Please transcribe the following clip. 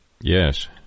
Yes